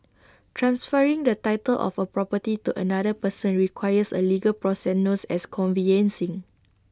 transferring the title of A property to another person requires A legal process known as conveyancing